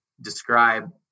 describe